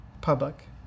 public